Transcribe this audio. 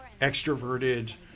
extroverted